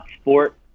sport